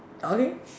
okay